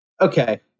Okay